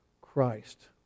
Christ